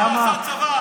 יודע, איך תירגע?